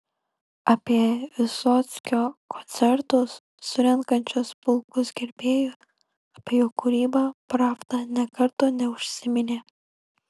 apie vysockio koncertus surenkančius pulkus gerbėjų apie jo kūrybą pravda nė karto neužsiminė